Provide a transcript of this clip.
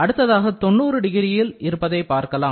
அடுத்ததாக 90 டிகிரியில் இருப்பதை பார்க்கலாம்